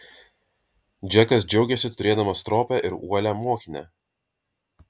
džekas džiaugėsi turėdamas stropią ir uolią mokinę